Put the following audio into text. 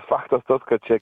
faktas tas kad čia